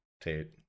Tate